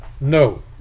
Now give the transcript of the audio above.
No